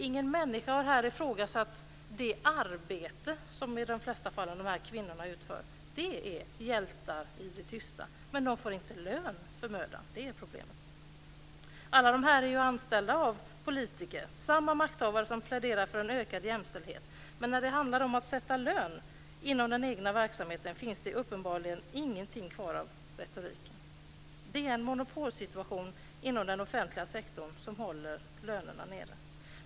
Ingen människa har här ifrågasatt det arbete som de här kvinnorna i de flesta fall utför. De är hjältar i det tysta, men de får inte lön för mödan. Det är problemet. Alla de här är ju anställda av politiker, av samma makthavare som pläderar för ökad jämställdhet. När det handlar om att sätta lön inom den egna verksamheten finns det uppenbarligen ingenting kvar av retoriken. Det är en monopolsituation inom den offentliga sektorn som håller lönerna nere.